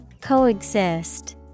Coexist